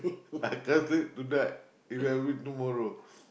I can't sleep tonight If I would tomorrow